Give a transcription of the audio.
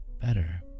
better